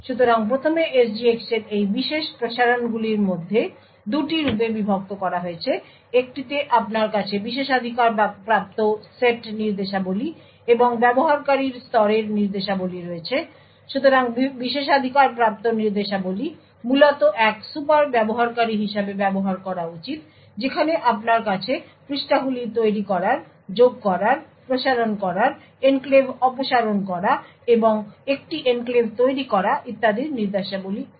সুতরাং প্রথমে SGX এর এই বিশেষ প্রসারণগুলির মধ্যে 2টি রূপে বিভক্ত করা হয়েছে একটিতে আপনার কাছে বিশেষাধিকারপ্রাপ্ত সেট নির্দেশাবলী এবং ব্যবহারকারীর স্তরের নির্দেশাবলী রয়েছে। সুতরাং বিশেষাধিকারপ্রাপ্ত নির্দেশাবলী মূলত এক সুপার ব্যবহারকারী হিসাবে ব্যবহার করা উচিত যেখানে আপনার কাছে পৃষ্ঠাগুলি তৈরি করার যোগ করার প্রসারণ করা এনক্লেভ অপসারণ করা এবং একটি এনক্লেভ তৈরি করা ইত্যাদির নির্দেশাবলী রয়েছে